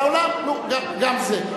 העולם, נו, גם זה.